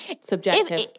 Subjective